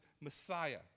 Messiah